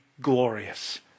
glorious